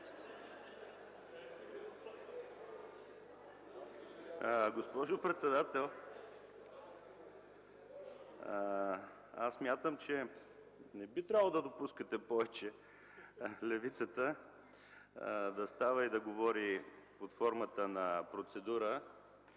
Госпожо председател, смятам, че не би трябвало да допускате повече левицата да става и говори под формата на процедура